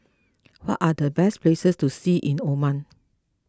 what are the best places to see in Oman